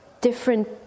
different